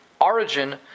origin